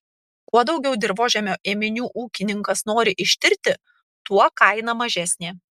kuo daugiau dirvožemio ėminių ūkininkas nori ištirti tuo kaina mažesnė